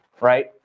right